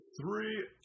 three